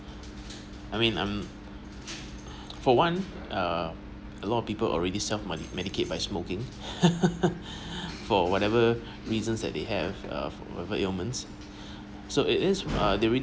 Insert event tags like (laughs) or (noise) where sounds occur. I mean um for one uh a lot of people already self medicate by smoking (laughs) for whatever reasons that they have uh whatever ailments (breath) so it is they already